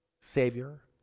Savior